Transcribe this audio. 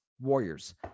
Warriors